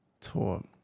taught